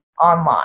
online